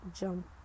jump